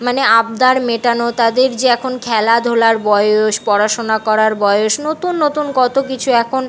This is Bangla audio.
মানে আবদার মেটানো তাদের যে এখন খেলাধুলার বয়স পড়াশোনা করার বয়স নতুন নতুন কত কিছু এখন